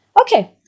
Okay